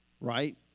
right